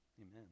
Amen